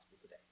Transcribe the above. today